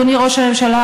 אדוני ראש הממשלה,